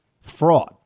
fraud